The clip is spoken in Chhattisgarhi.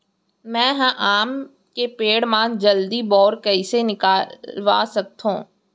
मैं ह आम के पेड़ मा जलदी बौर कइसे निकलवा सकथो?